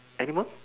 animal